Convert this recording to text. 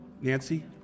Nancy